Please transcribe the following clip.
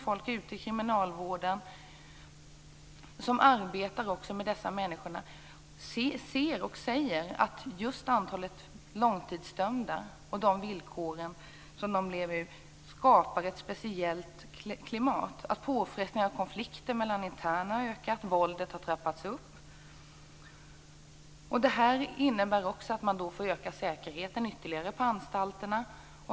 Folk som arbetar med dessa människor ute i kriminalvården säger att de villkor som de långtidsdömda lever under skapar ett speciellt klimat. Påfrestningarna och antalet konflikter mellan internerna har ökat. Våldet har trappats upp. Det innebär också att man får förstärka säkerheten ytterligare på anstalterna.